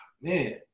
man